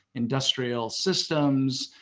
industrial systems,